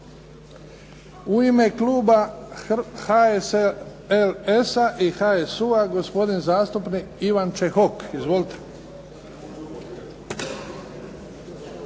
U ime kluba HSLS-a i HSU-a, gospodin zastupnik Ivan Čehok. Izvolite.